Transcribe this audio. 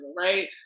right